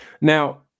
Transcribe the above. Now